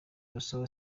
also